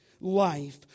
life